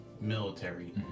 military